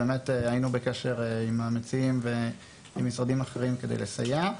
היינו בקשר עם המציעים ועם משרדים אחרים כדי לסייע.